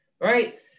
right